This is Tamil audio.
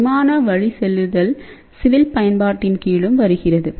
விமான வழிசெலுத்தல் சிவில் பயன்பாட்டின் கீழும் வருகிறது